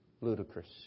ludicrous